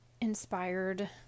inspired